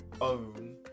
own